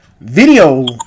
video